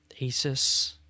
asus